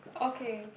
okay